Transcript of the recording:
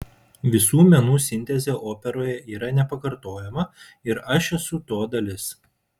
visų menų sintezė operoje yra nepakartojama ir aš esu to dalis